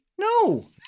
No